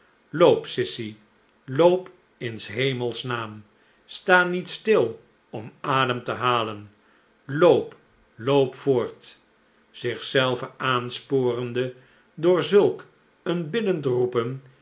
sissy loop in s hemels naam sta niet stil om adem te halen loop loop voortt zich zelve aansporende door zulk een biddend roepen